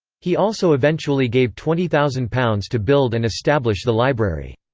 he also eventually gave twenty thousand pounds to build and establish the library.